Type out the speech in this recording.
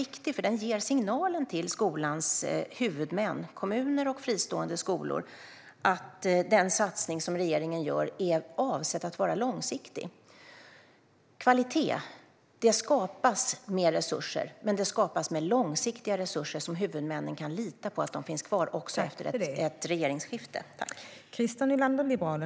Det här ger en signal till skolans huvudmän, kommuner och fristående skolor, om att den satsning som regeringen gör är avsedd att vara långsiktig. Kvalitet skapas med resurser, men det skapas med långsiktiga resurser som huvudmännen kan lita på finns kvar även efter ett regeringsskifte.